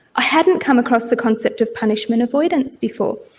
i hadn't come across the concept of punishment avoidance before.